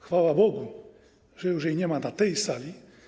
Chwała Bogu, że już jej nie ma na tej sali.